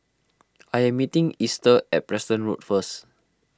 I am meeting Easter at Preston Road first